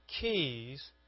keys